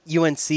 UNC